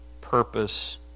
purpose